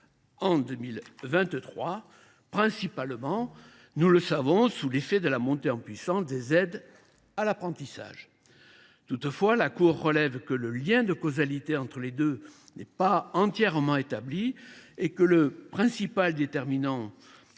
en 2023, principalement sous l’effet de la montée en puissance des aides à l’apprentissage. Toutefois, la Cour relève que le lien de causalité entre les deux phénomènes n’est pas entièrement établi et que le principal déterminant